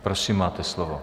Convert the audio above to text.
Prosím, máte slovo.